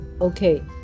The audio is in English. Okay